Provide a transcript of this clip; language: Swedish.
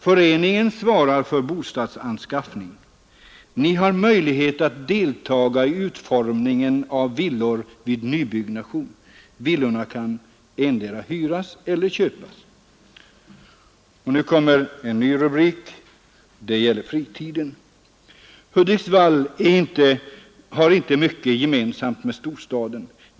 Föreningen svarar för bostadsanskaffning. Ni har möjlighet att deltaga i utformningen av villor vid nybyggnation. Villorna kan endera hyras eller köpas. Nu kommer vi till fritiden Hudiksvall har inte mycket gemensamt med storstaden.